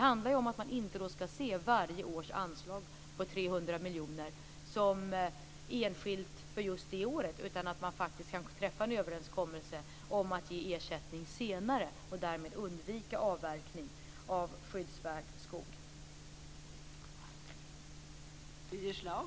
Man skall då inte se varje års anslag om 300 miljoner som enskilt för just det året, utan man skall kunna träffa en överenskommelse om att ge ersättning senare för att därmed undvika avverkning av skyddsvärd skog.